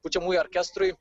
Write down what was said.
pučiamųjų orkestrui